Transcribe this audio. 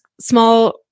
small